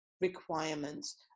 requirements